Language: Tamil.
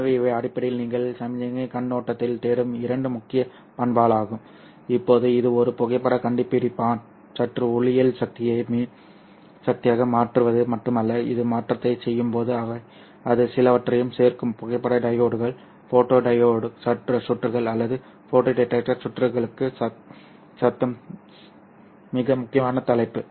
எனவே இவை அடிப்படையில் நீங்கள் சமிக்ஞை கண்ணோட்டத்தில் தேடும் இரண்டு முக்கிய பண்புகளாகும் இப்போது இது ஒரு புகைப்படக் கண்டுபிடிப்பான் சுற்று ஒளியியல் சக்தியை மின் சக்தியாக மாற்றுவது மட்டுமல்ல இந்த மாற்றத்தைச் செய்யும்போது அது சிலவற்றையும் சேர்க்கும் புகைப்பட டையோட்கள் ஃபோட்டோ டையோடு சுற்றுகள் அல்லது ஃபோட்டோ டிடெக்டர் சுற்றுகளுக்கு சத்தம் சத்தம் மிக முக்கியமான தலைப்பு